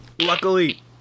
luckily